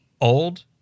old